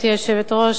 (אישור להעסקת מנהל בבית-ספר על-יסודי),